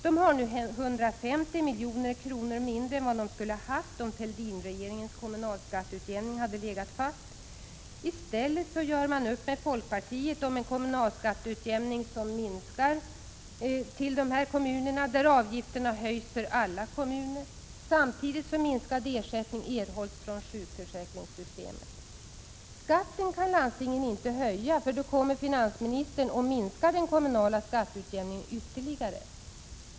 De har nu 150 milj.kr. mindre än vad de skulle ha haft om Fälldinregeringens kommunalskatteutjämning hade legat fast. I stället gör man upp med folkpartiet om en minskande kommunalskatteutjämning, där avgifterna höjs för alla kommuner, samtidigt som minskad ersättning erhålls från sjukförsäkringssystemet. Skatten kan landstingen inte höja; då minskar finansministern den kommunala skatteutjämningen ytterligare.